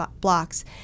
blocks